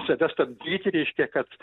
save stabdyti reiškia kad